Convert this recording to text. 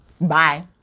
Bye